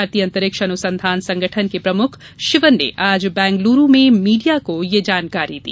भारतीय अंतरिक्ष अनुसंधान संगठन के प्रमुख शिवन ने आज बंगलुरू में मीडिया को यह जानकारी दी